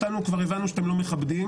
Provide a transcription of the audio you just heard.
אותנו כבר הבנו שאתם לא מכבדים.